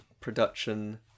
production